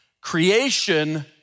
creation